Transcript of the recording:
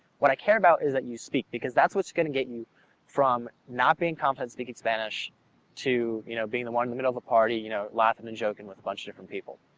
what i care about is that you speak. because that's what's gonna get you from not being confident speaking spanish to you know being the one in the middle of a party you know laughing and joking with a bunch of different people.